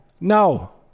No